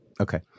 Okay